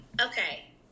Okay